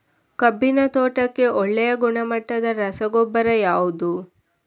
ಕಬ್ಬಿನ ತೋಟಕ್ಕೆ ಒಳ್ಳೆಯ ಗುಣಮಟ್ಟದ ರಸಗೊಬ್ಬರ ಯಾವುದು?